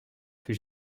fut